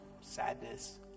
sadness